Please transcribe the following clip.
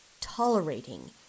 tolerating